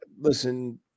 listen